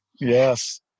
Yes